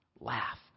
laughed